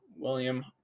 William